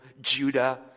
Judah